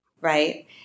Right